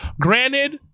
granted